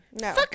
no